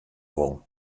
wol